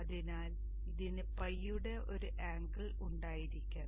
അതിനാൽ ഇതിന് pi യുടെ ഒരു ആംഗിൾ ഉണ്ടായിരിക്കണം